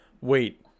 Wait